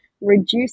reduce